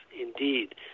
indeed